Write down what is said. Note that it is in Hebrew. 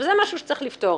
זה משהו שצריך לפתור.